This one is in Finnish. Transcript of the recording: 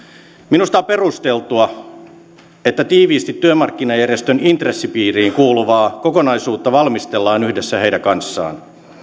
minusta on perusteltua että tiiviisti työmarkkinajärjestöjen intressipiiriin kuuluvaa kokonaisuutta valmistellaan yhdessä heidän kanssaan